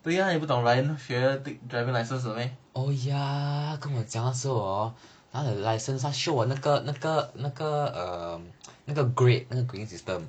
对啊你不懂 ryan 学 take driving license 了 meh